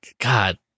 God